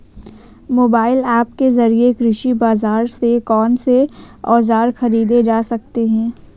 Mobile app के जरिए कृषि बाजार से कौन से औजार ख़रीदे जा सकते हैं?